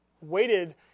waited